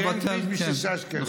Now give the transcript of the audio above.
שתייה וסנדוויץ' בשישה שקלים.